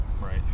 Right